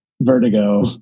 Vertigo